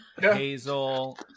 Hazel